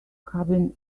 cabin